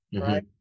Right